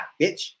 bitch